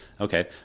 Okay